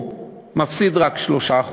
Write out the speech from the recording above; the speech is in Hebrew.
הוא מפסיד רק 3%,